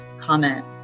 comment